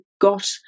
got